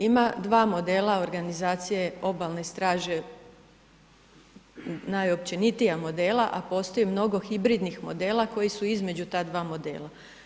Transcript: Ima dva modela organizacije obalne straže najopćenitija modela, a postoji mnogi hibridnih modela koji su između ta dva modela.